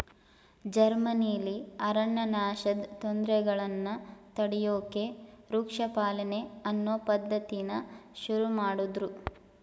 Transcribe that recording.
ಜರ್ಮನಿಲಿ ಅರಣ್ಯನಾಶದ್ ತೊಂದ್ರೆಗಳನ್ನ ತಡ್ಯೋಕೆ ವೃಕ್ಷ ಪಾಲನೆ ಅನ್ನೋ ಪದ್ಧತಿನ ಶುರುಮಾಡುದ್ರು